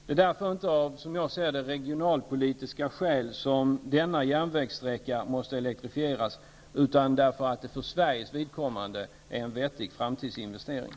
Det är därför, som jag ser det, inte av regionalpolitiska skäl som denna järnvägssträcka måste elektrifieras, utan därför att det för Sveriges vidkommande är en vettig framtidsinvestering.